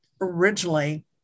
originally